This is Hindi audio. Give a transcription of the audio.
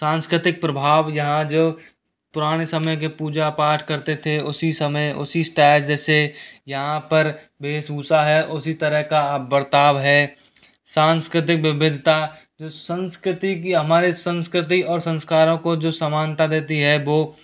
सांस्कृतिक प्रभाव यहाँ जो पुराने समय के पूजा पाठ करते थे उसी समय उसी स्टाइल जैसे यहाँ पर वेशभूषा है इस तरह का बर्ताव है सांस्कृतिक विविधता जो संस्कृति की हमारे संस्कृति और संस्कारों को जो समानता देती है वह